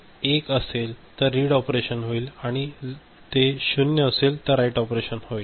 तर मुळात हे १ असेल तर रीड ऑपरेशन होईल आणि ते ० असेल तर राइट ऑपरेशन होईल